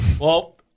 Well-